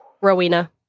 Rowena